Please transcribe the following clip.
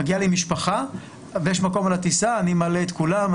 אם יש מקום על הטיסה אני מעלה את כולם,